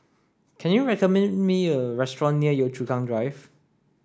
can you recommend me a restaurant near Yio Chu Kang Drive